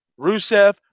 Rusev